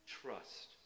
trust